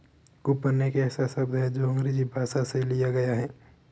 coupon एक ऐसा शब्द है जो अंग्रेजी भाषा से लिया गया है